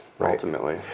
ultimately